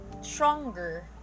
stronger